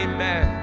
Amen